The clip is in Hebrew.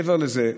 מעבר לזה,